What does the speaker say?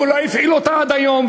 והוא לא הפעיל אותה עד היום.